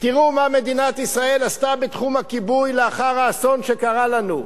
תראו מה מדינת ישראל עשתה בתחום הכיבוי לאחר האסון שקרה לנו.